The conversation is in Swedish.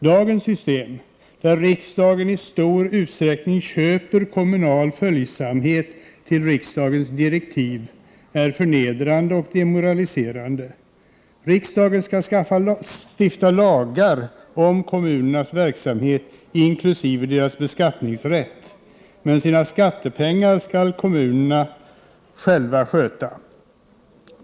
Dagens system, där riksdagen i stor utsträckning köper kommunal följsamhet till riksdagens direktiv, är förnedrande och demoraliserande. 163 beskattningsrätt, men med sina skattepengar skall kommunerna själva sköta sina angelägenheter.